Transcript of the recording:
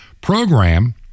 program